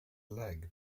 leg